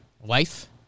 Wife